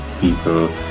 people